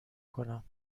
کنم